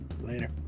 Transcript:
later